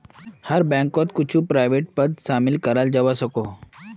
हर बैंकोत कुछु प्राइवेट पद शामिल कराल जवा सकोह